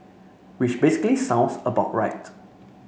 which basically sounds about right